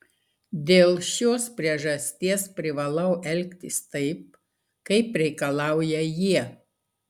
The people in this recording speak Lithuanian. dėl šios priežasties privalau elgtis taip kaip reikalauja jie